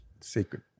Secret